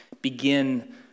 begin